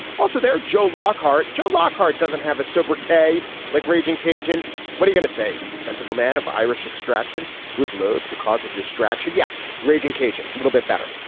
also there joe lockhart joe lockhart doesn't have a sobriquet like raging cajun what he gonna say these sensible men of irish extraction who is loathe to cause a distraction. yeah raging cajun a little bit better.